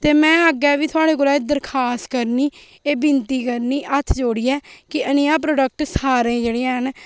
ते मैं अग्गे बी थुआड़े कोला दरखात करनी ऐ बिनती करनी हाथ जोड़िये की नेया प्रोडक्ट सारे जेह्ड़े न